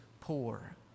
poor